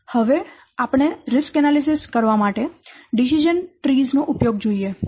હવે આપણે જોખમો નું મૂલ્યાંકન કરવા માટે ડીસીઝન ટ્રી નો ઉપયોગ જોઈએ